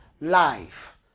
life